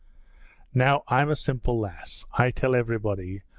now i'm a simple lass. i tell everybody.